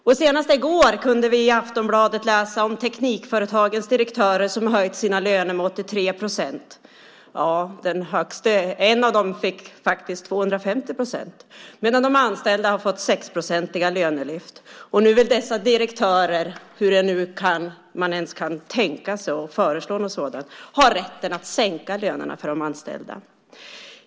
Och senast i går kunde vi i Aftonbladet läsa om teknikföretagens direktörer som höjt sina löner med 83 procent. Ja, en av dem fick faktiskt 250 procent. Samtidigt har de anställda fått 6-procentiga lönelyft. Och nu vill dessa direktörer ha rätten att sänka lönerna för de anställda - hur kan man ens tänka sig att föreslå något sådant?